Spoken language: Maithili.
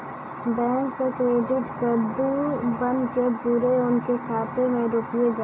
बैंक से क्रेडिट कद्दू बन के बुरे उनके खाता मे रुपिया जाएब?